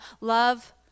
Love